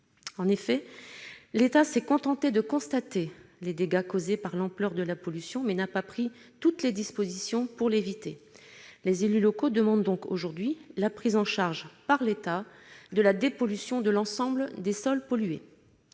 En effet, l'État s'est contenté de constater les dégâts causés par l'ampleur de la pollution, mais il n'a pas pris toutes les dispositions pour l'éviter. Les élus locaux demandent donc aujourd'hui la prise en charge par l'État de la dépollution de l'ensemble des sols pollués.